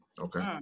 Okay